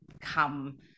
come